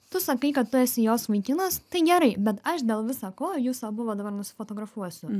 tu sakai kad tu esi jos vaikinas tai gerai bet aš dėl visa ko jus abu va dabar nusifotografuosiu